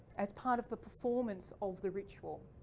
as part of the performance of the ritual.